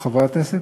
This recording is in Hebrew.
או חברת כנסת,